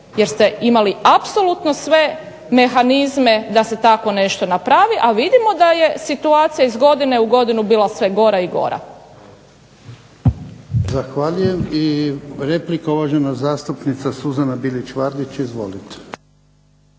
jer ste imali apsolutne sve mehanizme da se tako nešto napravi. A vidimo da je situacija iz godine u godinu bila sve gora i gora. **Jarnjak, Ivan (HDZ)** Zahvaljujem. I replika uvažena zastupnica Suzana Bilić Vardić. Izvolite.